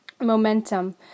momentum